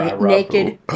naked